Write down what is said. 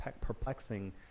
perplexing